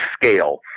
scale